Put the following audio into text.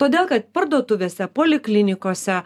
todėl kad parduotuvėse poliklinikose